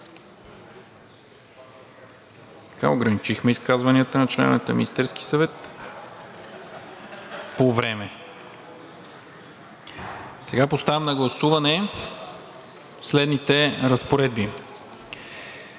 Сега поставям на гласуване следните разпоредби: